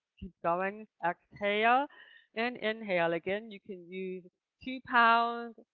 keep going, exhale and inhale again. you can use two pounds,